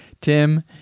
Tim